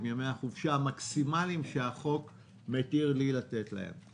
עם ימי החופשה המקסימליים שהחוק מתיר לי לתת להם.